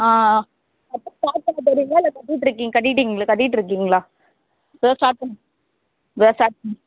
ஆ ஆ கட்ட ஸ்டார்ட் பண்ண போகிறீங்களா இல்லை கட்டிட்ருக்கிங்க கட்டிட்டீங்க கட்டிட்டிருக்கீங்களா இப்போதான் ஸ்டார்ட் பண்ணி இப்போதான் ஸ்டார்ட் பண்